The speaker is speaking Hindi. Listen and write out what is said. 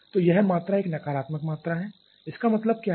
तो यह मात्रा एक नकारात्मक है इसका क्या मतलब है